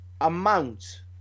amount